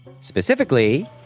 Specifically